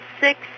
six